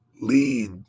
lead